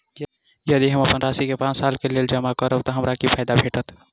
यदि हम अप्पन राशि केँ पांच सालक लेल जमा करब तऽ हमरा की फायदा भेटत?